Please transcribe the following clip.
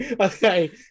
Okay